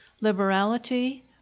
liberality